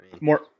More